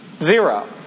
Zero